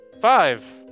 five